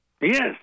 yes